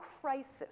crisis